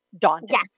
daunting